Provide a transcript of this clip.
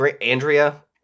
Andrea